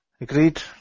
Agreed